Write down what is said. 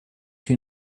you